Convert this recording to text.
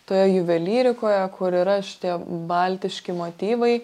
toje juvelyrikoje kur yra šitie baltiški motyvai